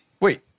Wait